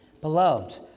Beloved